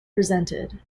presented